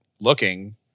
looking